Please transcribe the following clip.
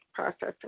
processing